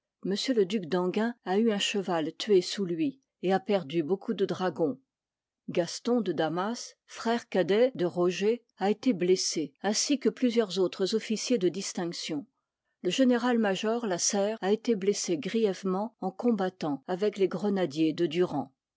le duc d'enghieu a eu ua cheval tué sous lui et a perdu l eaucoup de dragons gaston de damas frère ipart î cadet de roger a été blesse ainsi que plusieurs autres officiers de dislinctlon le général major la serre a été blessé grièvement en combattant avec les grenadiers de durand